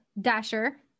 Dasher